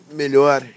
melhor